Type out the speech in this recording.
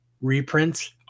reprints